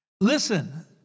Listen